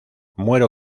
muero